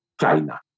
China